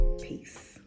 Peace